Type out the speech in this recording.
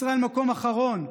ישראל במקום האחרון,